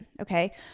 Okay